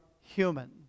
human